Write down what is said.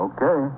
Okay